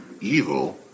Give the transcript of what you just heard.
evil